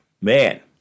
Man